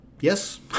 Yes